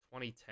2010